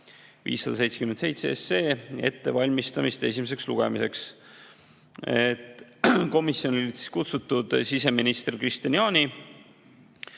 577 ettevalmistamist esimeseks lugemiseks. Komisjoni olid kutsutud siseminister Kristian Jaani,